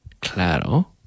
Claro